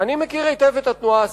אני מכיר היטב את התנועה הסביבתית.